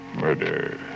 Murder